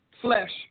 flesh